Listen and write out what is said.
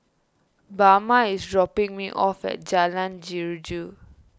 Bama is dropping me off at Jalan Jeruju